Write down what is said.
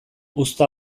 uzta